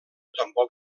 tampoc